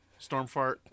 Stormfart